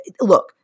Look